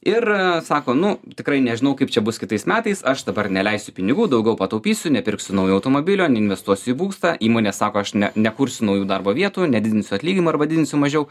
ir sako nu tikrai nežinau kaip čia bus kitais metais aš dabar neleisiu pinigų daugiau pataupysiu nepirksiu naujo automobilio neinvestuosiu į būstą įmonė sako aš ne nekursiu naujų darbo vietų nedidinsiu atlyginimų arba didinsiu mažiau